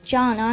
John